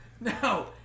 no